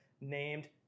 named